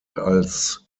als